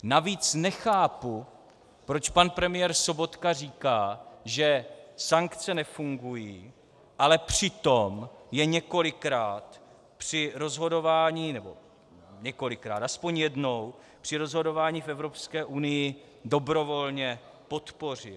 Navíc nechápu, proč pan premiér Sobotka říká, že sankce nefungují, ale přitom je několikrát při rozhodování nebo několikrát, aspoň jednou, při rozhodování v Evropské unii dobrovolně podpořil.